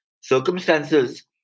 circumstances